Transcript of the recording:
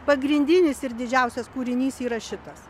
pagrindinis ir didžiausias kūrinys yra šitas